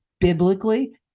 biblically